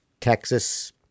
Texas